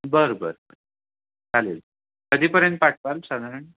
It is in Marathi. बरं बरं चालेल कधीपर्यंत पाठवाल साधारण